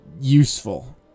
useful